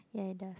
ya it does